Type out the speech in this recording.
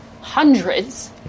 Hundreds